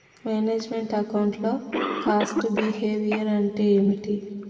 Manage meant account లో cost behaviour అంటే ఏమిటి?